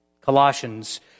Colossians